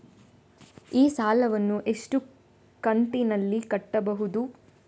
ಈ ಸಾಲವನ್ನು ಎಷ್ಟು ಕಂತಿನಲ್ಲಿ ಕಟ್ಟಬಹುದು?